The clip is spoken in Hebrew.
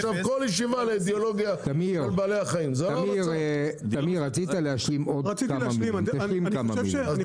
תמיר, תמיר רצית להשלים עוד כמה מילים, אבל